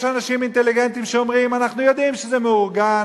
יש אנשים אינטליגנטים שאומרים: אנחנו יודעים שזה מאורגן,